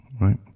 right